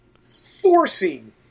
forcing